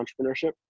entrepreneurship